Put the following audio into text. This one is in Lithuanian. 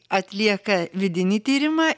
atlieka vidinį tyrimą